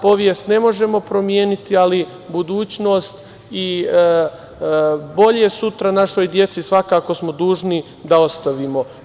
Povjest ne možemo promeniti, ali budućnost i bolje sutra našoj deci svakako smo dužni da ostavimo.